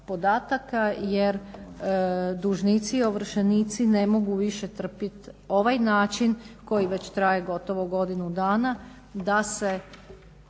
podataka jer dužnici i ovršenici ne mogu više trpit ovaj način koji već traje gotovo godinu dana da se